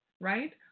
right